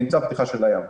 נמצא פתיחה של הים.